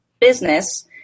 business